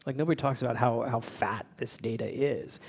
like nobody talks about how how fat this data is.